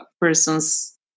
person's